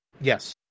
Yes